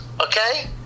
Okay